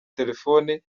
telefoni